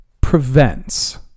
prevents